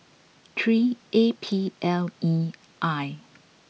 three A P L E I